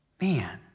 man